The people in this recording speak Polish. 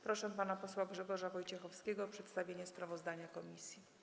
Proszę pana posła Grzegorza Wojciechowskiego o przedstawienie sprawozdania komisji.